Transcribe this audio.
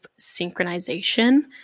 synchronization